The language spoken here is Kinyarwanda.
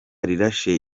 rirashe